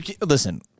Listen